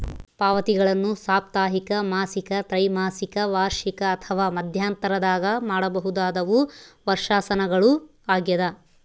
ಪಾವತಿಗಳನ್ನು ಸಾಪ್ತಾಹಿಕ ಮಾಸಿಕ ತ್ರೈಮಾಸಿಕ ವಾರ್ಷಿಕ ಅಥವಾ ಮಧ್ಯಂತರದಾಗ ಮಾಡಬಹುದಾದವು ವರ್ಷಾಶನಗಳು ಆಗ್ಯದ